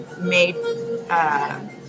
made